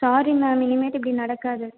sorry ma'am இனிமேல்ட்டு இப்படி நடக்காது